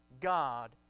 God